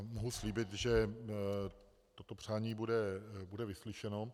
Mohu slíbit, že toto přání bude vyslyšeno.